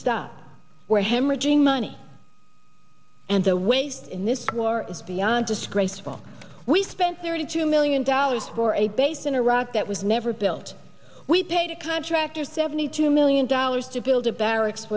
stop where hemorrhaging money and the waste in this war is beyond disgraceful we spent thirty two million dollars for a base in iraq that was never built we paid a contractor seventy two million dollars to build a barracks